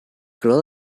girl